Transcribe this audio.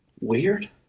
weird